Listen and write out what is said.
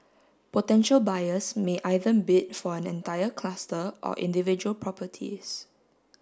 potential buyers may either bid for an entire cluster or individual properties